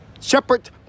Shepherd